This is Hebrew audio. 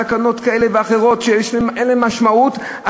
תקנות כאלה ואחרות שאין להן משמעות,